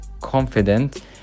confident